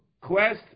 quest